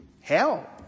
hell